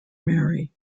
mary